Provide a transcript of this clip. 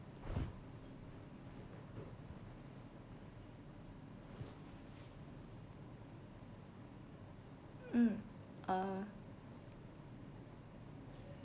mm uh